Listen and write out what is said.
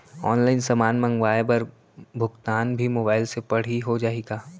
Online समान मंगवाय बर भुगतान भी मोबाइल से पड़ही हो जाही का?